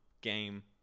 game